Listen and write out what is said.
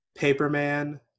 Paperman